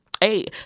Hey